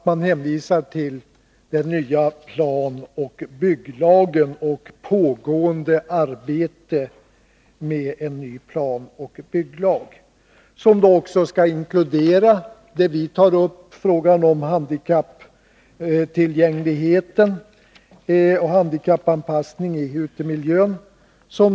Man hänvisar nämligen till det pågående arbetet med en ny planoch bygglag. Denna skall också inkludera något som vi tar upp, nämligen frågan om handikapptillgängligheten och handikappanpassning i utemiljön.